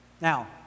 Now